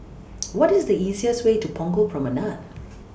What IS The easiest Way to Punggol Promenade